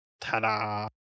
Ta-da